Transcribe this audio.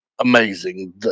amazing